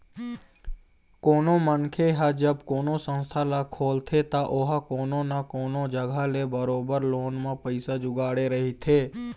कोनो मनखे ह जब कोनो संस्था ल खोलथे त ओहा कोनो न कोनो जघा ले बरोबर लोन म पइसा जुगाड़े रहिथे